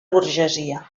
burgesia